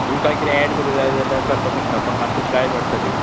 तुमकां किदें एड करूं जाय जाल्यार करपाक शकता पूण मातशी प्रायज वाडटली